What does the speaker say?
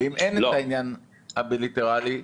ואם אין את העניין הבילטרלי --- לא,